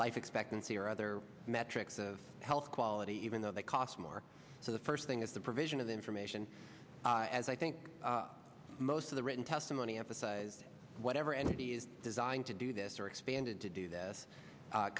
life expectancy or other metrics of health quality even though they cost more so the first thing is the provision of the information as i think most of the written testimony emphasized whatever entity is designed to do this or expanded to do this